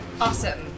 Awesome